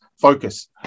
focus